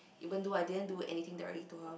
even though I didn't do anything directly to her